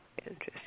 Interesting